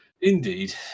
Indeed